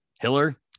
Hiller